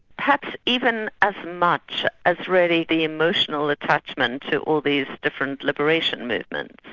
perhaps even as much as really the emotional attachment to all these different liberation movements.